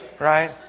Right